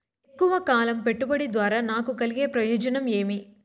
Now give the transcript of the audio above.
ఎక్కువగా కాలం పెట్టుబడి ద్వారా నాకు కలిగే ప్రయోజనం ఏమి?